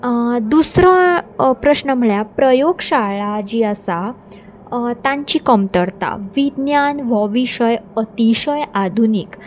दुसरो प्रश्न म्हणल्यार प्रयोग शाळा जी आसा तांची कमतरता विज्ञान हो विशय अतिशय आधुनीक